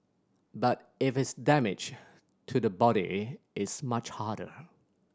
but if it's damage to the body it's much harder